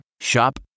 Shop